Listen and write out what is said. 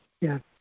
Yes